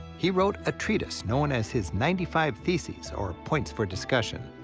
he wrote a treatise, known as his ninety five theses, or points for discussion.